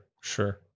Sure